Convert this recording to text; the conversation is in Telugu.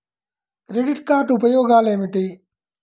క్రెడిట్ కార్డ్ ఉపయోగాలు ఏమిటి?